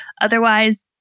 Otherwise